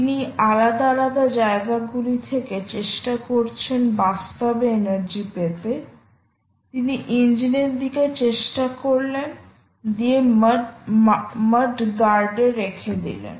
তিনি আলাদা আলাদা জায়গাগুলি থেকে চেষ্টা করছেন বাস্তবে এনার্জি পেতে তিনি ইঞ্জিনের দিকে চেষ্টা করলেন দিয়ে মাড গার্ড এ রেখে দিলেন